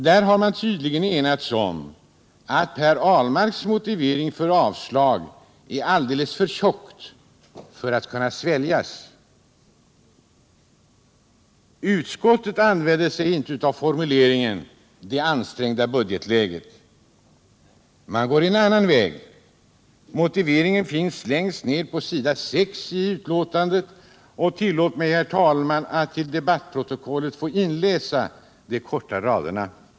Där har man tydligen enats om att Per Ahlmarks motivering för avslag är alldeles för ”tjock” för att kunna sväljas. Utskottet använder inte formuleringen ”det ansträngda budgetläget” som motivering, utan går en annan väg. Motiveringen finns längst ner på s. 6 i betänkandet. Tillåt mig, herr talman, att till debatt 115 protokollet få inläsa de korta raderna.